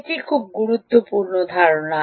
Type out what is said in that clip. এটি খুব গুরুত্বপূর্ণ ধারণা